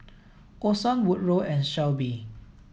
Orson Woodrow and Shelbie